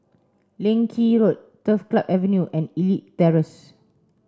Leng Kee Road Turf Club Avenue and Elite Terrace